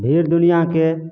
भीड़ दुनिआके